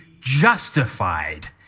justified